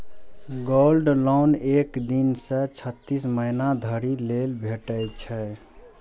gold loan एक दिन सं छत्तीस महीना धरि लेल भेटै छै